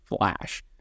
flash